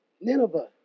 Nineveh